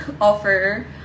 offer